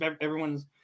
everyone's